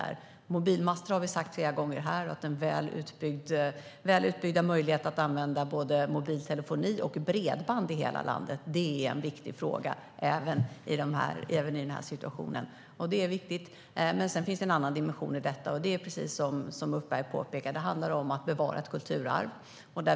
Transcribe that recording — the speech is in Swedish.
Vi har flera gånger här talat om mobilmaster och väl utbyggda möjligheter att använda både mobiltelefoni och bredband i hela landet. Det är en viktig fråga även i denna situation. Det är viktigt. Sedan finns det en annan dimension i detta. Det är precis som Ulf Berg påpekar, att det handlar om att bevara ett kulturarv.